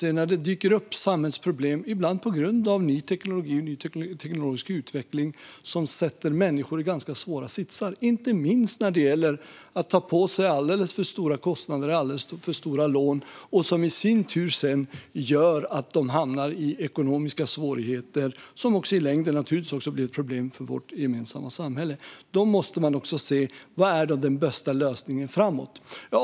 Men när det dyker upp samhällsproblem, ibland på grund av ny teknologi och ny teknologisk utveckling, som sätter människor i ganska svåra sitsar, inte minst när det gäller att ta på sig alldeles för stora kostnader och lån, vilket sedan i sin tur gör att de hamnar i ekonomiska svårigheter som i längden naturligtvis också blir ett problem för vårt gemensamma samhälle, måste man titta på vad som är den bästa lösningen framåt.